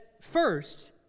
First